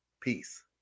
Peace